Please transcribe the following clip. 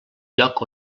lloc